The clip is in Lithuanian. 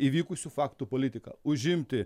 įvykusių faktų politiką užimti